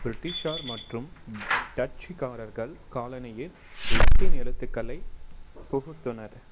ப்ரிட்டிஷார் மற்றும் டச்சுக்காரர்கள் காலணியில் லத்தீன் எழுத்துக்களை புகுத்தினர்